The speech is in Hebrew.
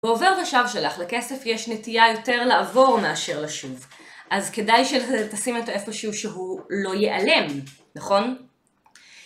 בעובר ושב שלך לכסף יש נטייה יותר לעבור מאשר לשוב, אז כדאי שתשימי אותו איפשהו שהוא לא ייעלם, נכון?